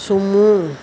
sumo